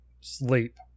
sleep